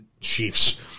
Chiefs